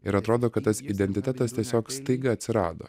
ir atrodo kad tas identitetas tiesiog staiga atsirado